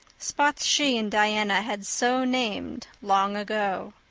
spots she and diana had so named long ago.